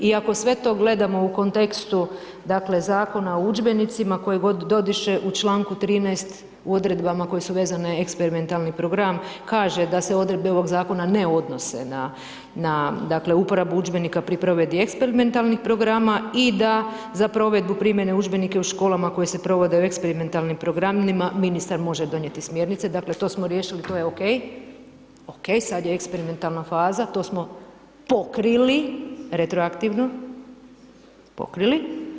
I ako sve to gledamo u kontekstu dakle Zakona o udžbenicima koji doduše u članku 13. u odredbama koje su vezane eksperimentalni program kaže da se odredbe ovog zakona ne odnose na dakle uporabu udžbenika pri provedbi eksperimentalnih programa i da za provedbu primjene udžbenika u školama koje se provode u eksperimentalnim programima ministar može donijeti smjernice, dakle to smo riješili, to je OK, OK, sad je eksperimentalna faza, to smo pokrili, retroaktivno, pokrili.